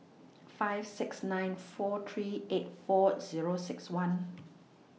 five six nine four three eight four Zero six one